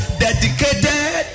dedicated